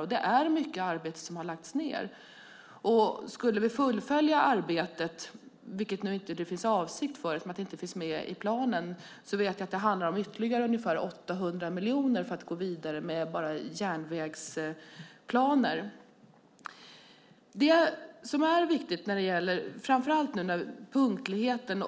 Och det är mycket arbete som har lagts ned. Skulle vi fullfölja arbetet, vilket inte är avsikten i och med att det inte finns med i planen, vet jag att det handlar om ytterligare ungefär 800 miljoner för att gå vidare med bara järnvägsplaner. Det som är viktigt är framför allt punktligheten.